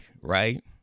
right